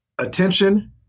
attention